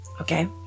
Okay